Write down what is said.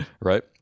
right